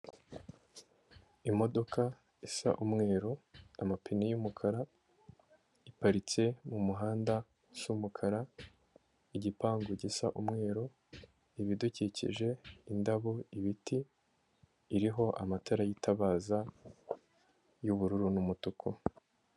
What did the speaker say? Imodoka isa umweru amapine y'umukara, iparitse mu muhanda usa umukara, igipangu gisa umweru ibidukikije, indabo, ibiti, iriho amatara y'itabaza y'ubururu n'umutuku.